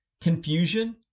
confusion